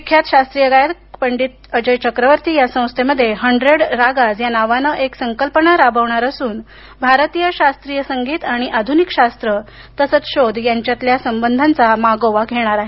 विख्यात शास्त्रीय गायक अजय चक्रवर्ती या संस्थेमध्ये हंड्रेड रागाज या नावानं एक संकल्पना राबवणार असून भारतीय शास्त्रीय संगीत आणि आधुनिक शास्त्र तसंच शोध यांच्यातल्या संबधांचा मागोवा घेणार आहेत